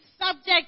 subject